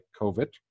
COVID